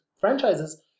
franchises